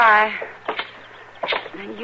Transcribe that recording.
Bye